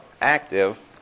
active